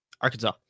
Arkansas